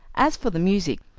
as for the music,